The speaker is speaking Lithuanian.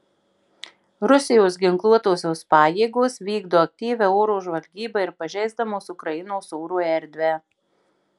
rusijos ginkluotosios pajėgos vykdo aktyvią oro žvalgybą ir pažeisdamos ukrainos oro erdvę